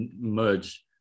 merge